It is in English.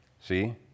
See